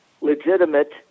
legitimate